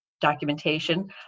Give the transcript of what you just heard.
documentation